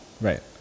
right